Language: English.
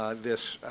ah this